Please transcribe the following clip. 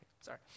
sorry